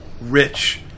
Rich